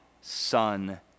son